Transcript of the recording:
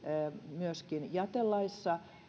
myöskin jätelaissa